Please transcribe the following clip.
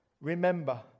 Remember